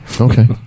Okay